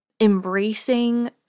embracing